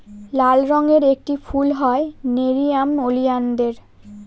লাল রঙের একটি ফুল হয় নেরিয়াম ওলিয়ানদের